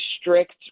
strict